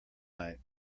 night